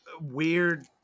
weird